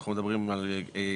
אחת,